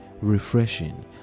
refreshing